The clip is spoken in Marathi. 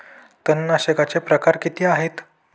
तणनाशकाचे प्रकार किती आहेत?